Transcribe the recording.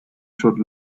could